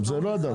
את זה לא ידעתי.